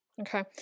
Okay